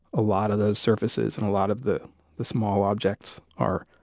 a lot of those surfaces and a lot of the the small objects are,